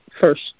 first